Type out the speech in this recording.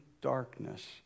darkness